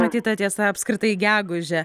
matyt ta tiesa apskritai gegužę